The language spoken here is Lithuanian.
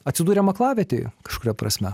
atsidūrėm aklavietėj kažkuria prasme